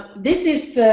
this is